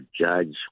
judge